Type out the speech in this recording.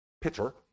Pitcher